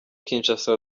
kinshasa